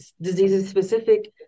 diseases-specific